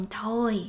thôi